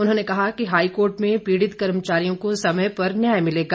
उन्होंने कहा कि हाईकोर्ट में पीड़ित कर्मचारियों को समय पर न्याय मिलेगा